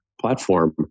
platform